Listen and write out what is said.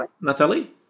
Natalie